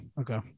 Okay